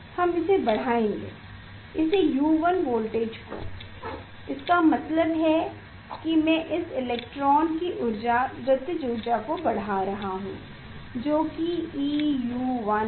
हम इसे बढ़ाएंगे इस U1 वोल्टेज को इसका मतलब है मैं इस इलेक्ट्रॉन की ऊर्जा गतिज ऊर्जा को बढ़ा रहा हूं जो कि eU1 है